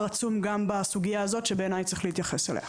עצום גם בסוגיה הזאת שבעיניי צריך להתייחס אליה.